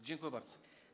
Dziękuję bardzo.